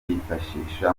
bifashisha